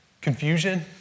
confusion